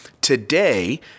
Today